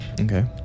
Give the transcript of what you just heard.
Okay